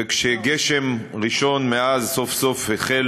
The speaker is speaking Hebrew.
וכשגשם ראשון מאז החל